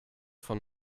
von